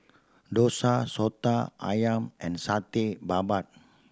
dosa Soto Ayam and Satay Babat